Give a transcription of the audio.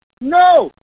No